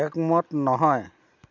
একমত নহয়